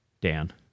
Dan